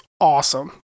awesome